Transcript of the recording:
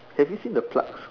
have you seen the plugs